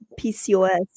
PCOS